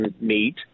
meet